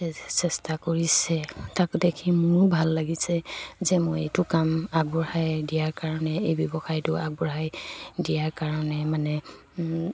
চেষ্টা কৰিছে তাকো দেখি মোৰো ভাল লাগিছে যে মই এইটো কাম আগবঢ়াই দিয়াৰ কাৰণে এই ব্যৱসায়টো আগবঢ়াই দিয়াৰ কাৰণে মানে